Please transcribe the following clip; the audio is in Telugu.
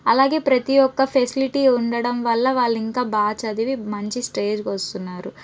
అలాగే ప్రతి ఒక్క ఫెసిలిటీ ఉండడం వల్ల వాళ్ళు ఇంకా బాగా చదివి మంచి స్టేజ్కీ వస్తున్నారు